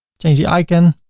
change the icon